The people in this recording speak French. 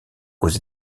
aux